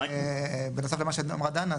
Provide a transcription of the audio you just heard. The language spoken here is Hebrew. בנוסף למה שאמרה דנה,